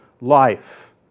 life